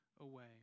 away